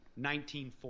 1940